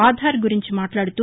ఆధార్ గురించి మాట్లాడుతూ